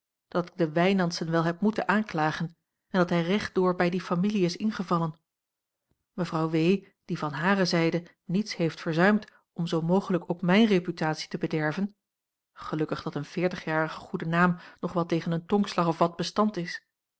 dat ik de wijnandsen wel heb moeten aanklagen en dat hij rechtdoor bij die familie is ingevallen mevrouw w die van hare zijde niets heeft verzuimd om zoo mogelijk ook mijne reputatie te bederven gelukkig dat een veertigjarige goede naam nog wel tegen een tongslag of wat bestand is